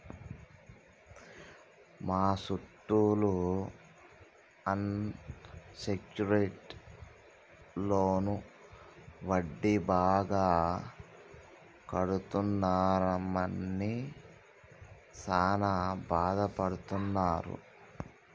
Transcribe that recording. మా సుట్టాలు unsecured loan వడ్డీ బాగా కడుతున్నామని సాన బాదపడుతున్నారు